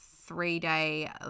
three-day